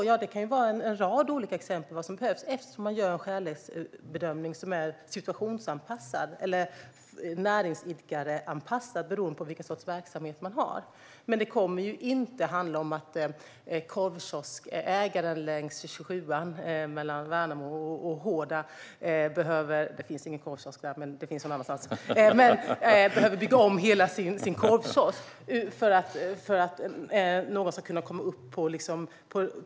Ja, det kan vara en rad olika exempel på vad som behövs eftersom man gör en skälighetsbedömning som är situationsanpassad eller näringsidkaranpassad, beroende på typen av verksamhet. Men det kommer inte att handla om att korvkioskägaren längs 27:an mellan Värnamo och Hårda - det finns ingen korvkiosk där men någon annanstans - behöver bygga om hela sin korvkiosk för att människor ska kunna komma upp på en avsats.